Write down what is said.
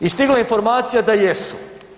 I stigla je informacija da jesu.